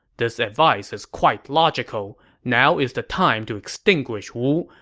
this advice is quite logical. now is the time to extinguish wu.